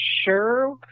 sure